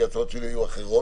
כי ההצעות שלי היו אחרות,